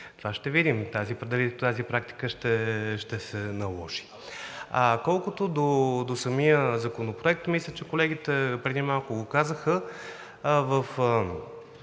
Това ще видим, дали тази практика ще се наложи. Колкото до самия законопроект, мисля, че колегите преди малко го казаха,